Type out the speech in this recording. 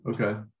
okay